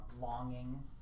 longing